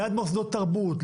ליד מוסדות תרבות,